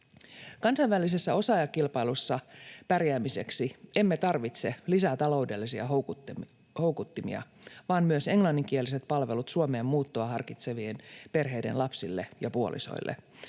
Kansainvälisessä osaajakilpailussa pärjäämiseksi emme tarvitse lisää taloudellisia houkuttimia vaan myös englanninkieliset palvelut Suomeen muuttoa harkitsevien perheiden lapsille ja puolisoille.